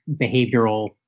behavioral